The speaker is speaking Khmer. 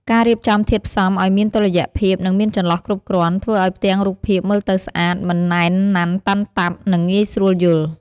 ការរៀបចំធាតុផ្សំឱ្យមានតុល្យភាព និងមានចន្លោះគ្រប់គ្រាន់ ធ្វើឱ្យផ្ទាំងរូបភាពមើលទៅស្អាត មិនណែនណាន់តាន់តាប់ និងងាយស្រួលយល់ ។